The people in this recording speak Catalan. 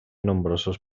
nombrosos